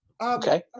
Okay